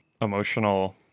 emotional